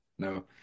No